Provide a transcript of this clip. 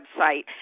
website